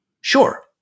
Sure